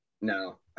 No